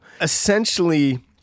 essentially